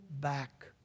back